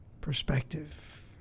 perspective